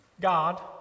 God